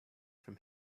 from